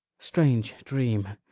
strange dream,